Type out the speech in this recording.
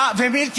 אסביר.